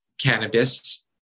cannabis